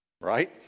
Right